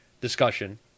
discussion